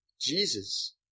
Jesus